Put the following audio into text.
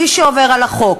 מי שעובר על החוק,